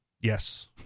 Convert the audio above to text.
Yes